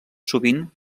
sovint